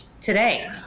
today